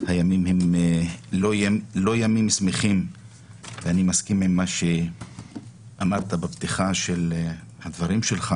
הימים הם לא ימים שמחים ואני מסכים עם מה שאמרת בפתיחה של הדברים שלך